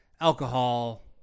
Alcohol